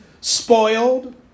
spoiled